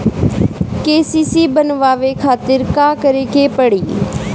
KCC बनवावे खातिर का करे के पड़ी?